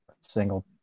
single